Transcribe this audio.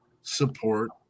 support